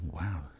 Wow